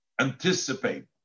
anticipate